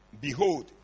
Behold